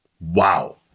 Wow